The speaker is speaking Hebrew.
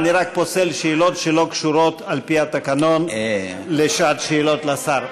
אני רק פוסל שאלות שלא קשורות על פי התקנון לשעת שאלות לשר.